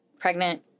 Pregnant